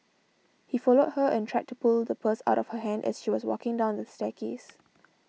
he followed her and tried to pull the purse out of her hand as she was walking down the staircase